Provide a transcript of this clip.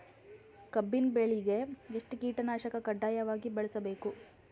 ಕಬ್ಬಿನ್ ಬೆಳಿಗ ಎಷ್ಟ ಕೀಟನಾಶಕ ಕಡ್ಡಾಯವಾಗಿ ಬಳಸಬೇಕು?